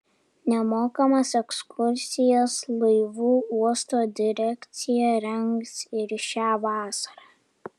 nemokamas ekskursijas laivu uosto direkcija rengs ir šią vasarą